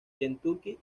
kentucky